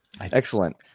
Excellent